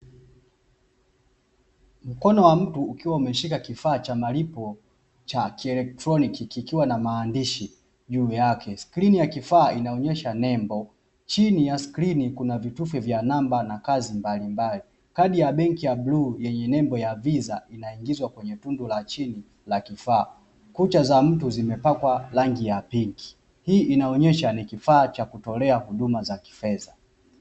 Mkono wa mtu ukiwa umeshika kifaa cha malipo cha kielektroniki kikiwa na maandishi juu yake, skrini ya kifaa inaonyesha nembo chini ya skrini kuna vitufe vya namba na kazi mbalimbali, kadi ya benki ya bluu yenye nembo ya viza inaingizwa kwenye tundu la chini ya kifaa kucha za mtu zimepakwa rangi ya pinki hii inaonyesha ni kifaa cha kutolea huduma za kifedha.